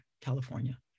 California